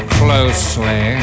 closely